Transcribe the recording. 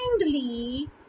kindly